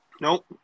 Nope